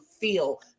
feel